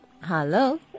Hello